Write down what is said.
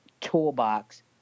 toolbox